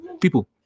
people